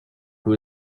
who